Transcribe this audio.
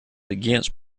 against